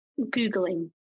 Googling